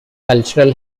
cultural